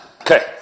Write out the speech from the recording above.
Okay